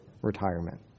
Retirement